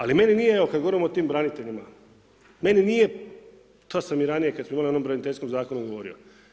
Ali meni nije, evo kad govorimo o tim braniteljima, meni nije, to sam i ranije kad smo imali o onome braniteljskom zakonu i govorio.